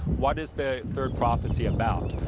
what is the third prophecy about?